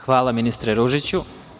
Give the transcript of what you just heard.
Hvala, ministre Ružiću.